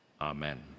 amen